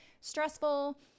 stressful